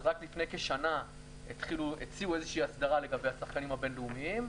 רק לפני כשנה הציעו איזושהי הסדרה לגבי השחקנים הבין-לאומיים,